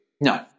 No